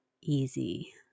easy